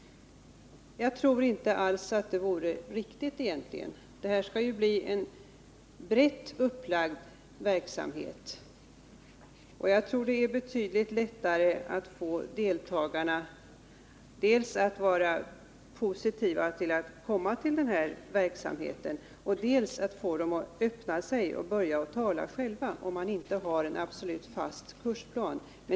Jag tror inte alls att det vore riktigt. Här ska det ju bli en brett upplagd verksamhet, och jag tror att det är betydligt lättare att få deltagarna dels att vara positiva till att komma till verksamheten, dels att öppna sig och börja tala själva, om man inte har en absolut fast kursplan.